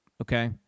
okay